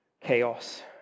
chaos